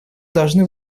должны